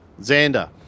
Xander